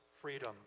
freedom